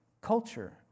culture